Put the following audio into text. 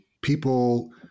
people